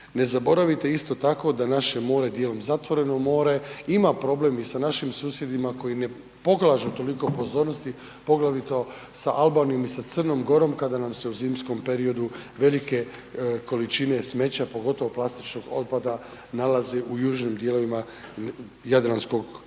Ne zaboravite isto tako da naše more, dijelom zatvoreno more, ima problem i sa našim susjedima koji ne pokažu toliko pozornosti, poglavito sa Albanijom i sa Crnom Gorom kada nam se u zimskom periodu velike količine smeća, pogotovo plastičnog otpada nalazi u južnim dijelovima Jadranskog,